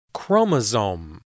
Chromosome